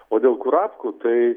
o dėl kurapkų tai